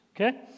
Okay